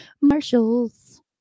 Marshall's